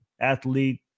Athlete